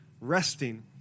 resting